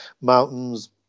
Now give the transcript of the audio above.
mountains